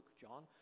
John